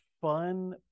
fun